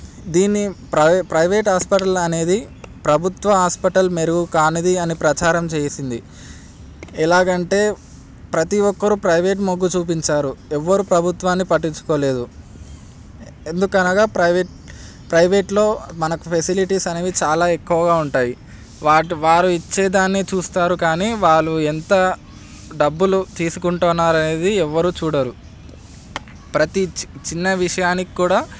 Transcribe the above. దీన్ని private private hospital అనేది ప్రభుత్వ హాస్పిటల్ మెరుగు కానిది అని ప్రచారం చేసింది ఎలాగంటే ప్రతి ఒక్కరూ ప్రైవేట్ మొగ్గ చూపించారు ఎవరు ప్రభుత్వాన్ని పట్టించుకోలేదు ఎందుకు అనగా ప్రైవేట్ ప్రైవేట్లో మనకు ఫెసిలిటీస్ అనేవి చాలా ఎక్కువగా ఉంటాయి వాటి వారు ఇచ్చేదాన్ని చూస్తారు కానీ వాళ్ళు ఎంత డబ్బులు తీసుకుంటున్నారు అనేది ఎవ్వరూ చూడరు ప్రతి చిన్న విషయానికి కూడా